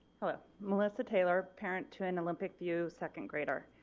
hello. melissa taylor, parent to an olympic view second-grader.